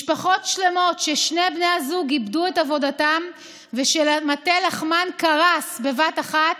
משפחות שלמות שבהן שני בני הזוג איבדו את עבודתם ומטה לחמן קרס בבת אחת,